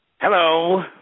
Hello